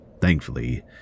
thankfully